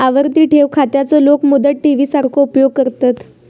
आवर्ती ठेव खात्याचो लोक मुदत ठेवी सारखो उपयोग करतत